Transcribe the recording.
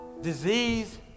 disease